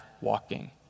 walking